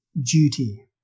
duty